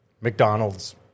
McDonald's